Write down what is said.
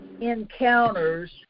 encounters